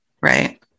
right